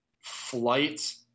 flight